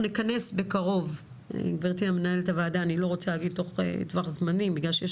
אנחנו נכנס בקרוב ואני לא רוצה להגיד טווח זמנים בגלל שיש